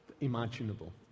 imaginable